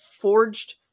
forged